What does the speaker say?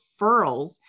referrals